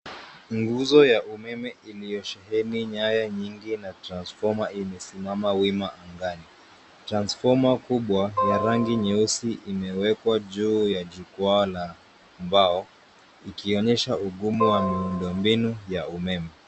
Nguzo ya umeme iliyo sheheni nyaya nyingi na transfoma ime simama wima angani. Transfoma kubwa ya rangi nyeusi ime wekwa juu ya jukwa la mbao ikionyesha ugumu wa miundo mbinu ya umeme.